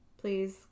Please